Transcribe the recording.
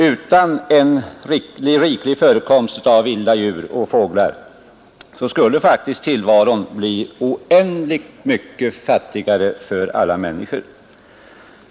Utan en riklig förekomst av vilda djur och fåglar skulle faktiskt tillvaron bli oändligt mycket fattigare för alla människor.